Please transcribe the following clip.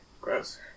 Gross